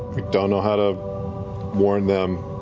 don't know how to warn them.